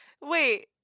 Wait